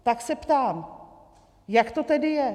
Tak se ptám jak to tedy je?